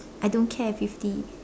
I don't care fifty